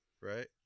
right